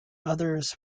others